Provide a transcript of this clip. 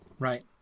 Right